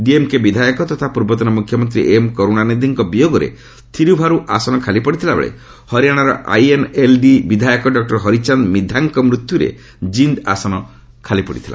ଡିଏମ୍କେ ବିଧାୟକ ତଥା ପୂର୍ବତନ ମୁଖ୍ୟମନ୍ତ୍ରୀ ଏମ୍ କରୁଣାନିଧିଙ୍କ ବିୟୋଗରେ ଥିର୍ଭାର୍ ଆସନ ଖାଲି ପଡ଼ିଥିଲାବେଳେ ହରିୟାଣାର ଆଇଏନ୍ଏଲ୍ଡି ବିଧାୟକ ଡକ୍ଟର ହରିଚାନ୍ଦ ମିଦ୍ଧାଙ୍କ ମୃତ୍ୟୁରେ କିନ୍ଦ୍ ଆସନ ଖାଲି ପଡ଼ିଥିଲା